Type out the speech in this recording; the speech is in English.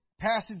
passage